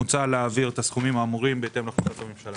מוצע להעביר את הסכומים האמורים בהתאם להחלטת הממשלה.